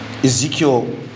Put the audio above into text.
ezekiel